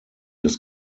des